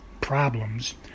problems